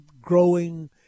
growing